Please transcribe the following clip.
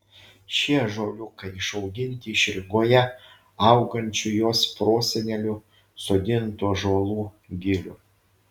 šie ąžuoliukai išauginti iš rygoje augančių jos prosenelių sodintų ąžuolų gilių